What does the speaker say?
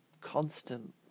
constant